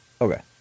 Okay